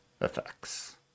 effects